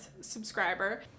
subscriber